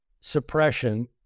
suppression